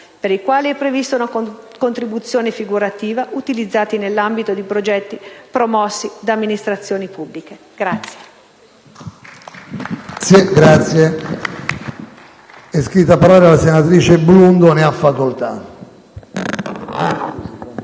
per i quali è prevista una contribuzione figurativa, utilizzati nell'ambito di progetti promossi da amministrazioni pubbliche. Signor